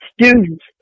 Students